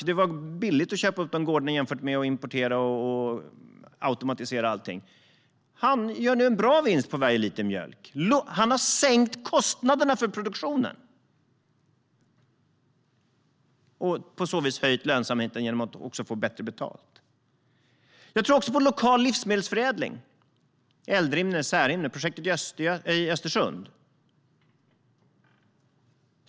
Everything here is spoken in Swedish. Det var billigt att köpa upp gården jämfört med att importera och automatisera allt. Han gör nu en bra vinst på varje liter mjölk. Han har sänkt kostnaderna för produktionen och på så vis höjt lönsamheten genom att också få bättre betalt. Jag tror också på lokal livsmedelsförädling: Eldrimner och Særimner i Östersund.